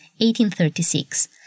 1836